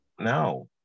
No